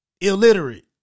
illiterate